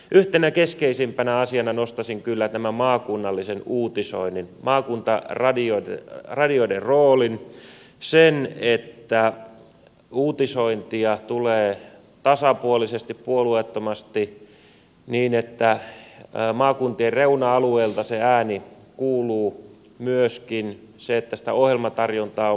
yhtenä keskeisimpänä asiana nostaisin kyllä tämän maakunnallisen uutisoinnin maakuntaradioiden roolin sen että uutisointia tulee tasapuolisesti puolueettomasti niin että maakuntien reuna alueilta se ääni kuuluu ja myöskin sen että sitä ohjelmatarjontaa on paljon